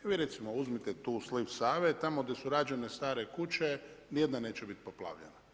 I vi recimo uzmite tu sliv Save, tamo gdje su rađene stare kuće, niti jedna neće biti poplavljena.